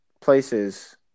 places